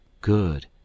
Good